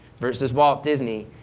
versus walt disney,